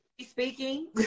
speaking